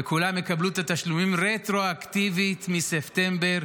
וכולם יקבלו את התשלומים רטרואקטיבית מספטמבר.